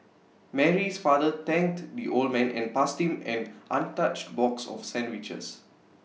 Mary's father thanked the old man and passed him an untouched box of sandwiches